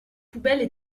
poubelles